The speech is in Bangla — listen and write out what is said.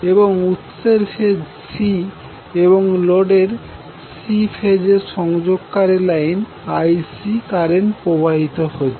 এবং উংসের ফেজ C এবং লোডের C ফেজের সংযোগকারী লাইনে IC কারেন্ট প্রবাহিত হচ্ছে